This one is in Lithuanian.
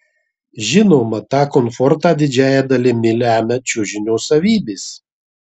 žinoma tą komfortą didžiąja dalimi lemia čiužinio savybės